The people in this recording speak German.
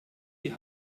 die